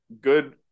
good